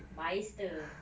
bicester